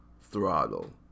throttle